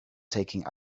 taking